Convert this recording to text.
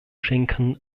schenken